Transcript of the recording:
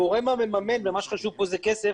הגורם המממן ומה שחשוב כאן זה כסף